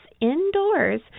indoors